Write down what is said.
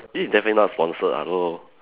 this is definitely not sponsored hello